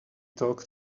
talk